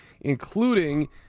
including